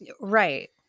Right